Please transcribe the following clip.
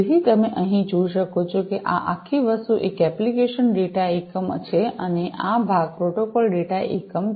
તેથી તમે અહીં જોઈ શકો છો કે આ આખી વસ્તુ એ એપ્લિકેશન ડેટા એકમ છે અને આ ભાગ પ્રોટોકોલ ડેટા એકમ છે